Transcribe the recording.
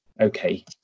okay